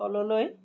তললৈ